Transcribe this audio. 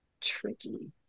tricky